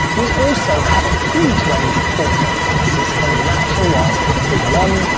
we also have a huge range of portrait classes from natural light to one,